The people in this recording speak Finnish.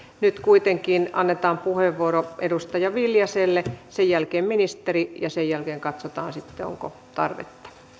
nyt kuitenkin annetaan puheenvuoro edustaja viljaselle sen jälkeen ministeri ja sen jälkeen katsotaan sitten onko tarvetta